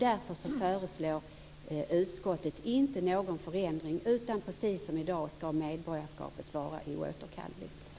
Därför föreslår utskottet inte någon förändring, utan precis som i dag skall medborgarskapet vara oåterkalleligt.